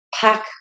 pack